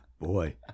Boy